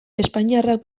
espainiarrak